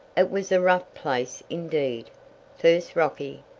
it was a rough place indeed first rocky,